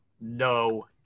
No